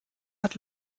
hat